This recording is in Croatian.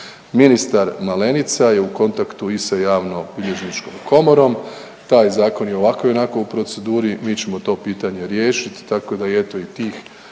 Ministar Malenica je u kontaktu i sa Javnobilježničkom komorom. Taj zakon je i ovako i onako u proceduri. Mi ćemo to pitanje riješiti, tako da eto i tih